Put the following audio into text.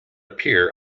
appear